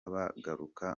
bagaruka